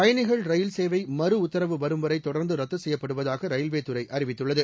பயணிகள் ரயில் சேவை மறு உத்தரவு வரும்வரை தொடர்ந்து ரத்து செய்யப்படுவதாக ரயில்வே துறை அறிவித்துள்ளது